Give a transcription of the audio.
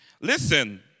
Listen